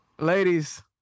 Ladies